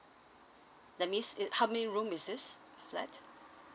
that means how many room is this flat